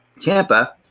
Tampa